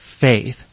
faith